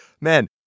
man